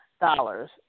dollars